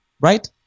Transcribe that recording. Right